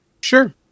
Sure